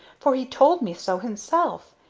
for he told me so himself.